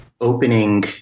opening